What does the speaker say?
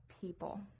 people